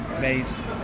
based